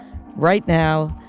right now,